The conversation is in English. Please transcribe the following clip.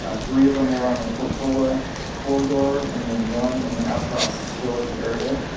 ah three of them were on the portola corridor and then one in the aptos village area.